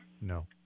No